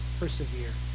persevere